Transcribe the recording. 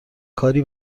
کاری